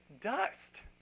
dust